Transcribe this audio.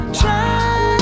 try